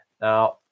Now